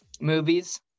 movies